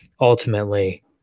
ultimately